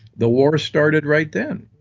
the war started right then.